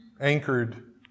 anchored